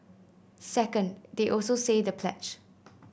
second they also say the pledge